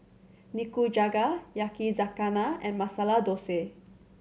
Nikujaga Yakizakana and Masala Dosa